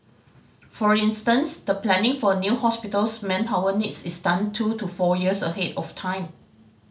for instance the planning for a new hospital's manpower needs is done two to four years ahead of time